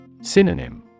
Synonym